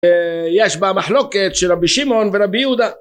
יש בה מחלוקת של רבי שמעון ורבי יהודה